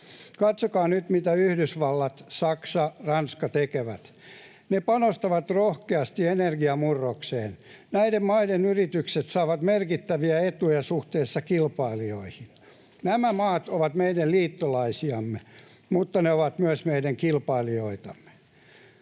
Katsokaa nyt, mitä Yhdysvallat, Saksa ja Ranska tekevät. Ne panostavat rohkeasti energiamurrokseen. Näiden maiden yritykset saavat merkittäviä etuja suhteessa kilpailijoihin. Nämä maat ovat meidän liittolaisiamme, mutta ne ovat myös meidän kilpailijoitamme.